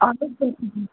اہن حظ بلکُل بلکُل